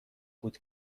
بود